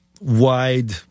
wide